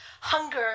hunger